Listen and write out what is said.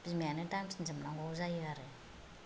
बिमायानो दांफिनजोबनांगौ जायो आरो